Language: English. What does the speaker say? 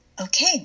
okay